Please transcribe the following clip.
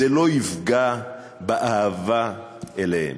זה לא יפגע באהבה אליהם,